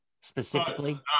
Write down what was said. specifically